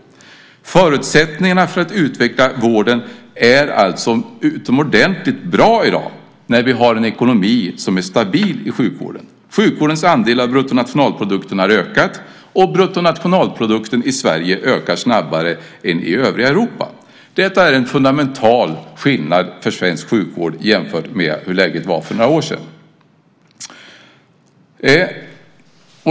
Förutsättningarna för att utveckla vården är alltså utomordentligt bra i dag när vi har en ekonomi som är stabil i sjukvården. Sjukvårdens andel av bruttonationalprodukten har ökat, och bruttonationalprodukten i Sverige ökar snabbare än i övriga Europa. Detta är en fundamental skillnad för svensk sjukvård jämfört med hur läget var för några år sedan.